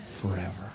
forever